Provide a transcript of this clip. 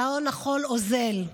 שעון החול אוזל,